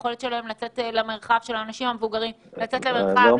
יכולת לצאת למרחב הציבורי ולבריכות?